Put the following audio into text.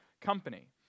company